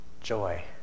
joy